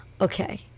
Okay